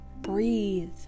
breathe